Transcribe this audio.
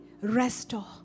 Restore